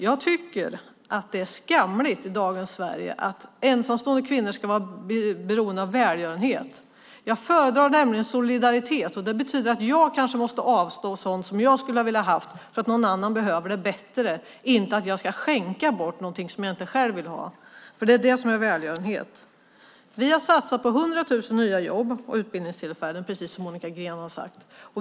Det är skamligt att ensamstående kvinnor i dagens Sverige ska vara beroende av välgörenhet. Jag föredrar solidaritet. Det betyder att jag kanske måste avstå sådant som jag skulle ha velat ha för att någon annan behöver det bättre, inte att jag ska skänka bort något jag inte vill ha. Det är välgörenhet. Vi har satsat på 100 000 nya jobb och utbildningstillfällen, precis som Monica Green har sagt.